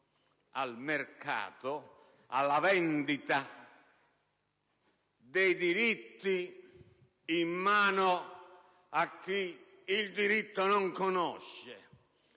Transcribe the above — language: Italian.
- cioè alla vendita dei diritti in mano a chi il diritto non conosce,